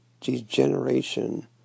degeneration